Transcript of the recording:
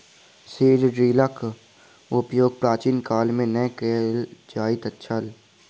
seed ड्रीलक उपयोग प्राचीन काल मे नै कय ल जाइत छल